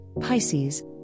Pisces